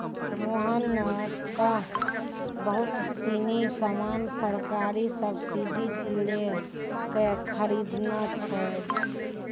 मोहन नं त बहुत सीनी सामान सरकारी सब्सीडी लै क खरीदनॉ छै